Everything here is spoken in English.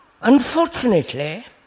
Unfortunately